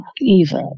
Eva